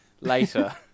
Later